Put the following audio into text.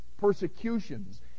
persecutions